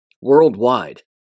worldwide